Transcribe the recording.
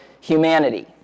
humanity